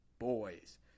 Boys